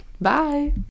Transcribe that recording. Bye